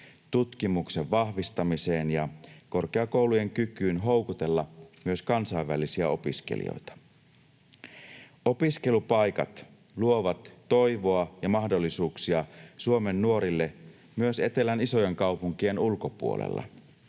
tutkimuksen vahvistamiseen ja korkeakoulujen kykyyn houkutella myös kansainvälisiä opiskelijoita. Opiskelupaikat luovat toivoa ja mahdollisuuksia Suomen nuorille myös etelän isojen kaupunkien ulkopuolella.